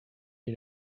you